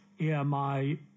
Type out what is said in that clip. EMI